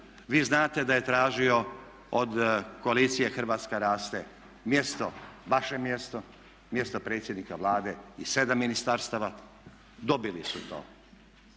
vi znate da je tražio od koalicije Hrvatska raste mjesto, vaše mjesto, mjesto predsjednika Vlade i sedam ministarstava, dobili su to.